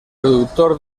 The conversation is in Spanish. productor